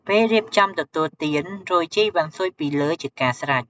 ពេលរៀបចំទទួលទាន រោយជីរវ៉ាន់ស៊ុយពីលើជាការស្រេច។